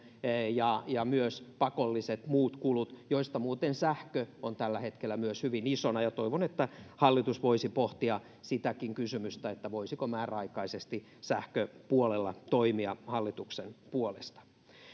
ja ja myös pakolliset muut kulut joista muuten myös sähkön osuus on tällä hetkellä hyvin iso toivon että hallitus voisi pohtia sitäkin kysymystä voisiko määräaikaisesti sähköpuolella toimia hallituksen puolelta